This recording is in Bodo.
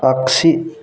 आगसि